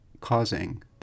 causing